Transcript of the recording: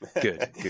Good